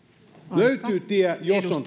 löytyy tie jos on